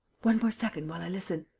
one more second, while i listen.